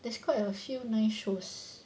there's quite a few nice shows